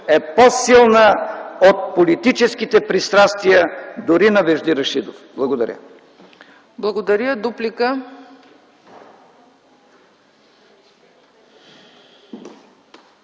е по-силна от политическите пристрастия дори на Вежди Рашидов. Благодаря. ПРЕДСЕДАТЕЛ